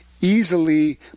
easily